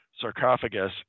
sarcophagus